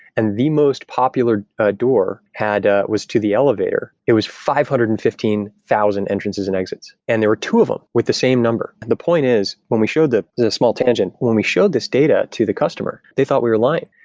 and the most popular door ah was to the elevator. it was five hundred and fifteen thousand entrances and exits, and there were two of them with the same number. and the point is, when we showed the the small tangent, when we showed this data to the customer, they thought we were lying.